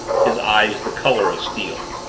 his eyes the color of steel.